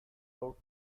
out